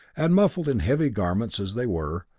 and muffled in heavy garments as they were,